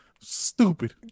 stupid